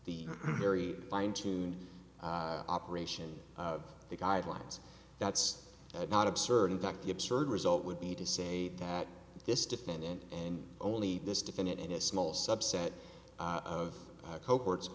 the very fine tuned operation of the guidelines that's not absurd in fact the absurd result would be to say that this defendant and only this defendant in a small subset of coke wards